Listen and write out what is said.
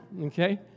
okay